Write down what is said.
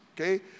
Okay